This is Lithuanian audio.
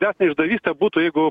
didesnė išdavystė būtų jeigu